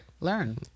Learn